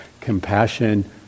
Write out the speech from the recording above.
Compassion